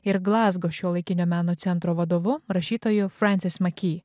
ir glazgo šiuolaikinio meno centro vadovu rašytojo francis maky